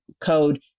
code